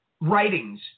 writings